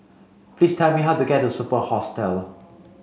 please tell me how to get to Superb Hostel